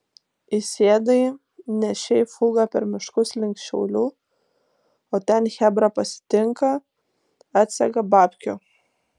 įsėdai nešei fugą per miškus link šiaulių o ten chebra pasitinka atsega babkių